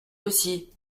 aussi